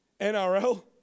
NRL